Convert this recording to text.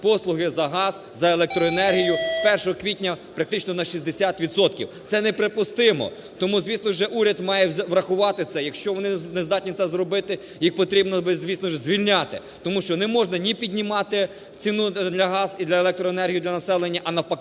послуги за газ, за електроенергію з 1 квітня практично на 60 відсотків. Це неприпустимо! Тому, звісно, уряд має врахувати це. Якщо вони не здатні це зробити, їх потрібно звісно ж звільняти. Тому що неможна ні піднімати ціну на газ і на електроенергію для населення, а навпаки